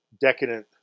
decadent